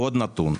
ועוד נתון.